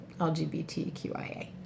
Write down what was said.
LGBTQIA